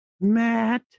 Matt